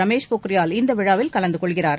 ரமேஷ் பொக்ரியால் இந்த விழாவில் கலந்து கொள்கிறார்